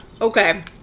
Okay